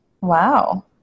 Wow